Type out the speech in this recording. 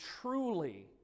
truly